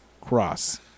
Cross